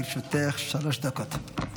בבקשה, לרשותך שלוש דקות.